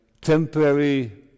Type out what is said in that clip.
temporary